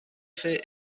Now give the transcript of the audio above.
fait